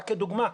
רק כדוגמה,